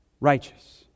righteous